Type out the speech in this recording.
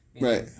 Right